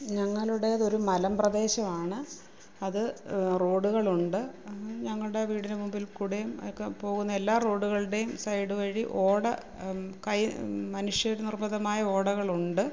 ഞങ്ങളുടേത് ഒരു മലമ്പ്രദേശമാണ് അത് റോഡുകളുണ്ട് ഞങ്ങളുടെ വീടിന് മുമ്പില് കൂടെയും ഒക്കെ പോകുന്ന എല്ലാ റോഡുകളുടെയും സൈഡ് വഴി ഓട കൈ മനുഷ്യര് നിര്മ്മിതമായ ഓടകളുണ്ട്